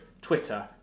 Twitter